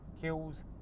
kills